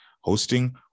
hosting